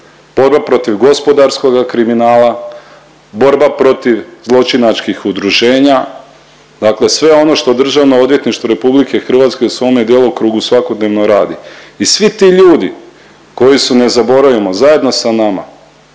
borba protiv gospodarskoga kriminala, borba protiv zločinačkih udruženja, dakle sve ono što DORH u svome djelokrugu svakodnevno radi. I svi ti ljudi koji su ne zaboravimo zajedno sa nama